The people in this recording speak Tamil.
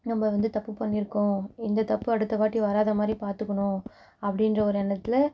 நம்ம வந்து தப்பு பண்ணியிருக்கோம் இந்த தப்பு அடுத்த வாட்டி வராத மாதிரி பார்த்துக்குணும் அப்படின்ற ஒரு எண்ணத்தில்